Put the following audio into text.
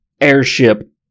airship